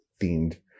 themed